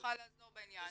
לעזור בעניין.